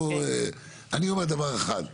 אני אומר דבר אחד.